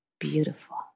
Beautiful